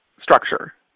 structure